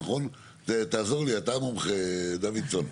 תעזור לי אתה המומחה דוידסון.